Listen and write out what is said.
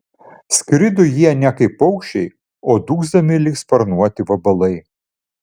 skrido jie ne kaip paukščiai o dūgzdami lyg sparnuoti vabalai